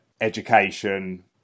education